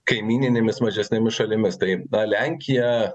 kaimyninėmis mažesnėmis šalimis tai na lenkija